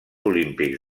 olímpics